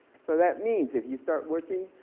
so that means if you start working,